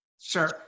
Sure